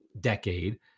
decade